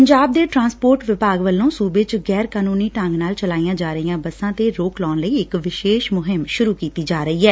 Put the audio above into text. ਪੰਜਾਬ ਦੇ ਟਰਾਂਸਪੋਰਟ ਵਿਭਾਗ ਵੱਲੋਂ ਸੁਬੇ ਚ ਗੈਰ ਕਾਨੁੰਨੀ ਢੰਗ ਨਾਲ ਚਲਾਈਆਂ ਜਾ ਰਹੀਆਂ ਬੱਸਾਂ ਤੇ ਰੋਕ ਲਾਉਣ ਲਈ ਇਕ ਵਿਸ਼ੇਸ਼ ਮੁਹਿੰਮ ਸੁਰੂ ਕੀਤੀ ਜਾ ਰਹੀ ਐ